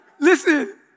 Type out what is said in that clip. Listen